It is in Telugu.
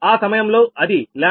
ఆ సమయంలో అది λ4